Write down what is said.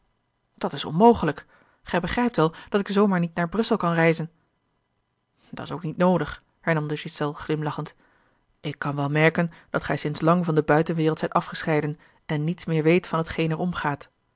dat is onmogelijk gij begrijpt wel dat ik zoo maar niet naar brussel kan reizen dat's ook niet noodig hernam de ghiselles glimlachend ik kan wel merken dat gij sinds lang van de buitenwereld zijt afgescheiden en niets meer weet van hetgeen er omgaat